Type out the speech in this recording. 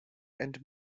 and